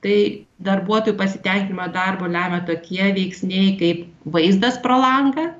tai darbuotojų pasitenkinimą darbu lemia tokie veiksniai kaip vaizdas pro langą